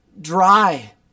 dry